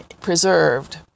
preserved